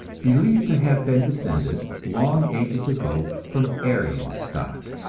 believed to have been descended, long ages ago, from aryan stock.